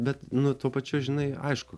bet nu tuo pačiu žinai aišku